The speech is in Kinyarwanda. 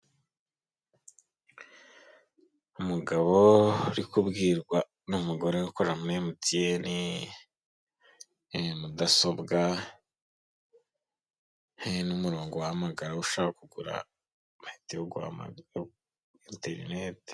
Umugabo uri kubwirwa n'umugore ukora muri emutiyeni, mudasobwa, n'umurongo wahamagaraho ushaka kugura amayinite yo guhamaga ya enterineti.